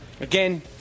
Again